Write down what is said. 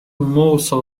morsel